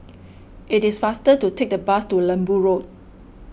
it is faster to take the bus to Lembu Road